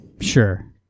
sure